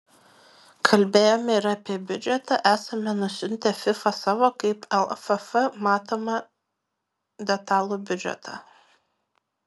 kalbėjome ir apie biudžetą esame nusiuntę fifa savo kaip lff matomą detalų biudžetą